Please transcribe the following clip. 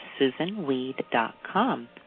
SusanWeed.com